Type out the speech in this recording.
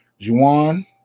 Juwan